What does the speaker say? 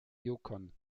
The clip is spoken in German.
yukon